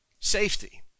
Safety